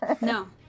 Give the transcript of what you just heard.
No